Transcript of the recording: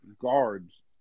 guards